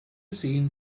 sehen